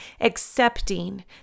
accepting